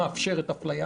שמאפשרת אפליה.